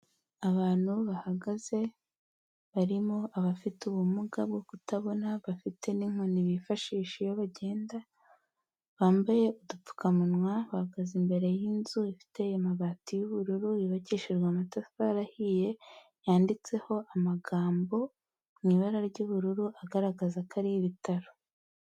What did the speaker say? Abantu bahagaze, barimo abafite ubumuga bwo kutabona bafite n'inkoni bifashisha iyo bagenda, bambaye udupfukamunwa, bahagaze imbere y'inzu ifite amabati y'ubururu, yubakishijwe amatafari ahiye, yanditseho amagambo mu ibara ry'ubururu agaragaza ko ari ibitaro.